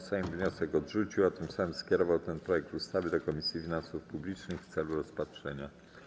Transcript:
Sejm wniosek odrzucił, a tym samym skierował ten projekt ustawy do Komisji Finansów Publicznych w celu rozpatrzenia.